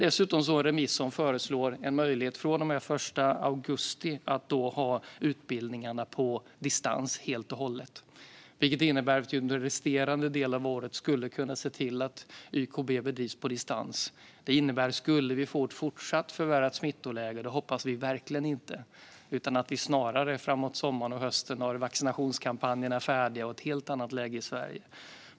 Vi föreslår också en möjlighet att från och med den 1 augusti ha utbildning helt på distans, vilket skulle innebära att man under den resterande delen av året skulle kunna bedriva YKB-utbildning på distans. Vi får verkligen hoppas att smittläget inte förvärras utan att vi framåt sommaren och hösten har vaccinationskampanjerna färdiga och ett helt annat läge i Sverige.